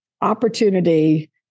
opportunity